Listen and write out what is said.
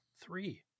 three